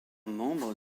membre